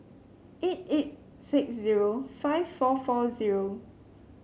eight eight six zero five four four zero